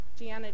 Deanna